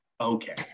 Okay